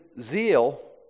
zeal